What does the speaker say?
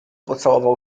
pocałował